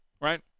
right